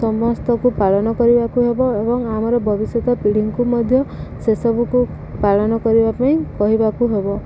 ସମସ୍ତଙ୍କୁ ପାଳନ କରିବାକୁ ହେବ ଏବଂ ଆମର ଭବିଷ୍ୟତ ପିଢ଼ୀଙ୍କୁ ମଧ୍ୟ ସେସବୁକୁ ପାଳନ କରିବା ପାଇଁ କହିବାକୁ ହେବ